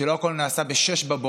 שלא הכול נעשה ב-06:00,